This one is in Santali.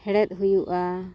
ᱦᱮᱬᱦᱮᱫ ᱦᱩᱭᱩᱜᱼᱟ